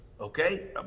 Okay